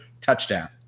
touchdown